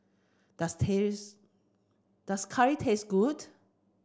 does does Curry taste good